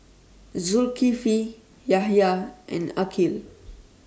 Zulkifli Yahya and Aqil